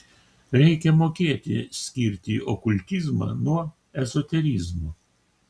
reikia mokėti skirti okultizmą nuo ezoterizmo